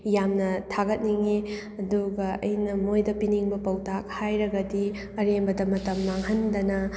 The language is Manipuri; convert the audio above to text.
ꯌꯥꯝꯅ ꯊꯥꯒꯠꯅꯤꯡꯉꯤ ꯑꯗꯨꯒ ꯑꯩꯅ ꯃꯣꯏꯗ ꯄꯤꯅꯤꯡꯕ ꯄꯥꯎꯇꯥꯛ ꯍꯥꯏꯔꯒꯗꯤ ꯑꯔꯦꯝꯕꯗ ꯃꯇꯝ ꯃꯥꯡꯍꯟꯗꯅ